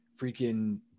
freaking